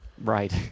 Right